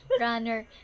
Runner